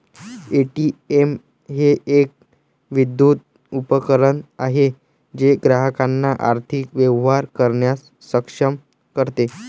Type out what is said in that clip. ATM हे एक विद्युत उपकरण आहे जे ग्राहकांना आर्थिक व्यवहार करण्यास सक्षम करते